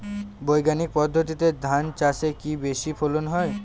বৈজ্ঞানিক পদ্ধতিতে ধান চাষে কি বেশী ফলন হয়?